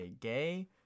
gay